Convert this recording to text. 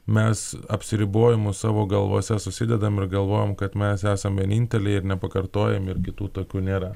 mes apsiribojimus savo galvose susidedam ir galvojam kad mes esam vieninteliai ir nepakartojami ir kitų tokių nėra